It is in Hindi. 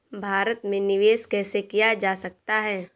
भारत में निवेश कैसे किया जा सकता है?